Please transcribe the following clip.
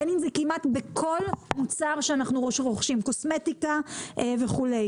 בין אם זה כמעט בכל מוצר שאנחנו רוכשים כמו קוסמטיקה וכולי.